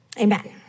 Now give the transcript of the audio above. Amen